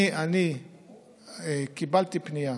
אני קיבלתי פנייה